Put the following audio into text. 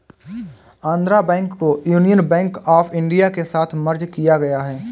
Andhra Bank को Union Bank of India के साथ मर्ज किया गया है